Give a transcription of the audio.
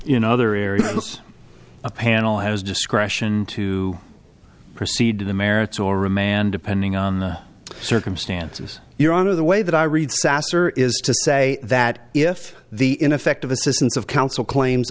in other areas a panel has discretion to proceed to the merits or remand depending on the circumstances your honor the way that i read sasser is to say that if the ineffective assistance of counsel claims